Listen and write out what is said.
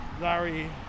Larry